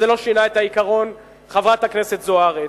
זה לא שינה את העיקרון, חברת הכנסת זוארץ,